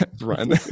run